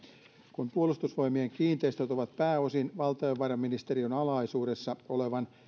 kun puolustusvoimien kiinteistöt ovat pääosin valtiovarainministeriön alaisuudessa olevan